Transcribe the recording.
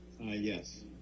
yes